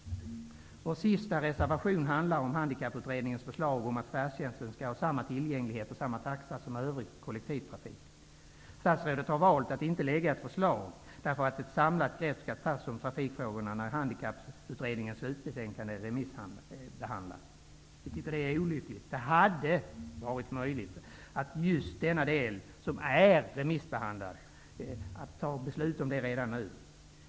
Vår sista reservation handlar om handikapputredningens förslag om att färdtjänsten skall ha samma tillgänglighet och samma taxa som övrig kollektivtrafik. Statsrådet har valt att inte lägga ett sådant förslag, eftersom ett samlat grepp skall tas om trafikfrågorna när handikapputredningens slutbetänkande är remissbehandlat. Vi tycker detta är olyckligt. Det hade varit möjligt att redan nu ta beslut om just denna del, som är remissbehandlad.